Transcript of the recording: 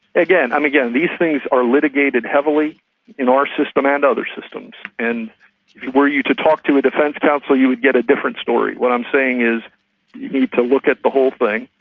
again, again, these things are litigated heavily in our system and other systems, and were you to talk to a defence counsel you would get a different story. what i'm saying is, you need to look at the whole thing,